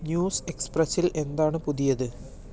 news എക്സ്പ്രസിൽ എന്താണ് പുതിയത്